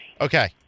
Okay